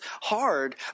hard